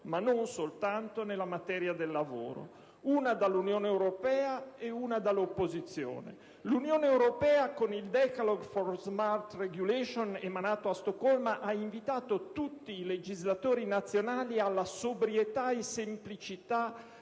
ma non soltanto nella materia del lavoro: una dall'Unione europea e una dall'opposizione. L'Unione europea con il *Decalogue for Smart Regulation*, emanato a Stoccolma, ha invitato tutti i legislatori nazionali alla sobrietà e semplicità